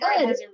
good